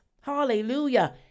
hallelujah